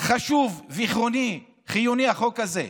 חשוב וחיוני החוק הזה,